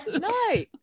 no